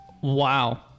Wow